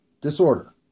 Disorder